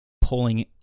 pulling